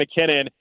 McKinnon